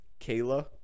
Kayla